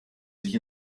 sich